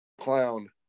clown